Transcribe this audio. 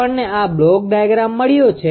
આપણને આ block diagram મળ્યો છે